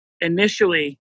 initially